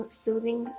soothing